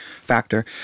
factor